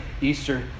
Easter